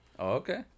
Okay